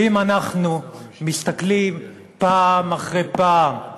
ואם אנחנו מסתכלים פעם אחרי פעם,